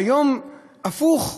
היום הפוך: